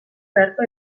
beharko